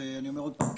אני אומר עוד פעם,